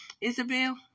Isabel